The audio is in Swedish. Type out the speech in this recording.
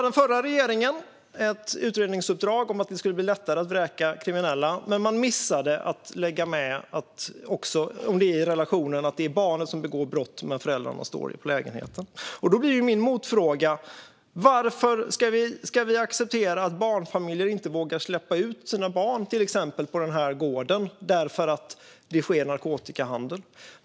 Den förra regeringen lade ett utredningsuppdrag om att det skulle bli lättare att vräka kriminella, men man missade att ta med förhållandet att det är barnet som begår brott men föräldrarna som står på lägenheten. Då blir min motfråga: Varför ska vi acceptera att barnfamiljer till exempel inte vågar släppa ut sina barn på gården för att det sker narkotikahandel där?